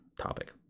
topic